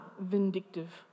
vindictive